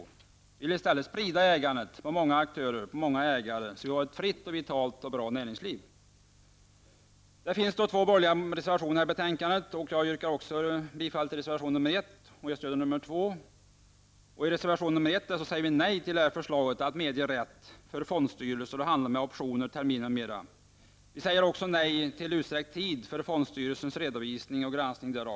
Vi vill i stället sprida ägandet på många aktörer och ägare så att vi får ett fritt och vitalt näringsliv. Det finns två borgerliga reservationer till betänkandet. Också jag yrkar bifall till reservation säger vi nej till förslaget att medge rätt för fondstyrelser att handla med optioner, terminer m.m. Vi säger också nej till utsträckt tid för fondstyrelsens redovisning och granskning.